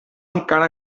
encara